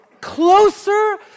closer